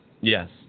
Yes